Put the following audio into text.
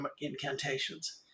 incantations